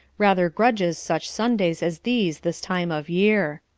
rather grudges such sundays as these this time of year.